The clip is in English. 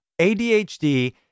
ADHD